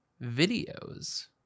videos